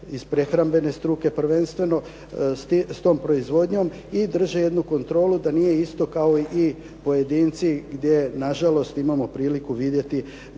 iz prehrambene struke prvenstveno, s tom proizvodnjom i drže jednu kontrolu da nije isto kao i pojedinci gdje nažalost imamo priliku vidjeti